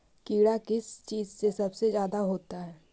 कीड़ा किस चीज से सबसे ज्यादा होता है?